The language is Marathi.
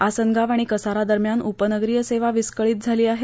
आसनगाव आणि कसारा दरम्यान उपनगरीय सेवा विस्कळीत झाली आहे